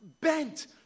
bent